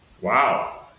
Wow